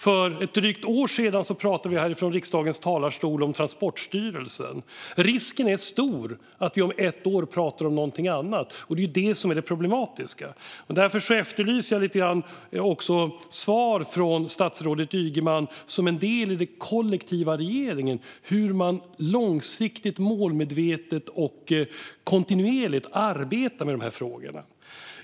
För ett drygt år sedan talade vi från riksdagens talarstol om Transportstyrelsen. Risken är stor att vi om ett år talar om någonting annat. Det är det som är det problematiska. Därför efterlyser jag lite grann svar från statsrådet Ygeman som en del av den kollektiva regeringen hur man långsiktigt, målmedvetet och kontinuerligt arbetar med dessa frågor.